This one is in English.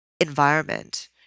environment